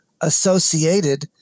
associated